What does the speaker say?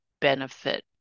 benefit